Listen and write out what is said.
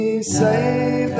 say